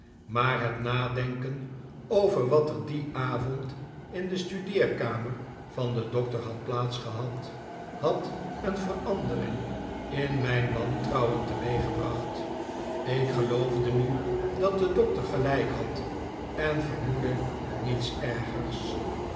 maar het nadenken over wat er dien avond in de studeerkamer van den doctor had plaats gehad had een verandering in mijn wantrouwen teweeggebracht ik geloofde nu dat de doctor gelijk had en vermoedde niets ergers